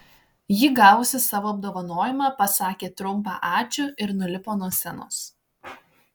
ji gavusi savo apdovanojimą pasakė trumpą ačiū ir nulipo nuo scenos